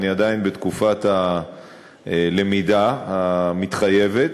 ואני עדיין בתקופת הלמידה המתחייבת.